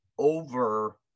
over